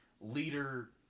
leader